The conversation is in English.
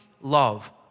love